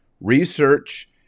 research